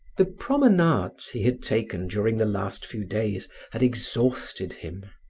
the promenades he had taken during the last few days had exhausted him.